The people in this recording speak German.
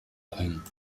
ein